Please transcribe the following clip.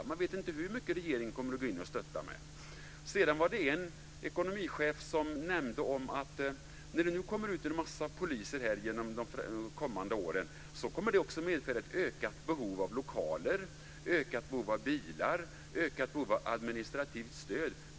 Polisen vet inte hur mycket regeringen kommer att gå in och stötta med. Det var en ekonomichef som nämnde att när det nu kommer ut en mängd poliser de kommande åren så kommer det också att medföra ökat behov av lokaler, ökat behov av bilar och ökat behov av administrativt stöd.